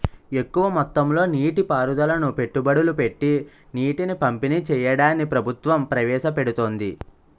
ఎక్కువ మొత్తంలో నీటి పారుదలను పెట్టుబడులు పెట్టీ నీటిని పంపిణీ చెయ్యడాన్ని ప్రభుత్వం ప్రవేశపెడుతోంది